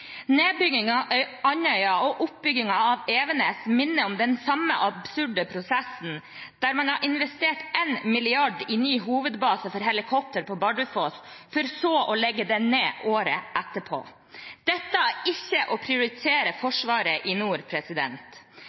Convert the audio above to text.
Andøya og oppbyggingen av Evenes minner om den absurde prosessen da man investerte 1 mrd. kr i ny hovedbase for helikopter på Bardufoss, for så å legge den ned året etterpå. Dette er ikke å prioritere Forsvaret i nord.